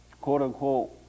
quote-unquote